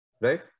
Right